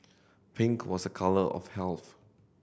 pink was a colour of health